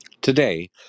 Today